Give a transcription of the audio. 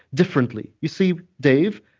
differently. you see, dave,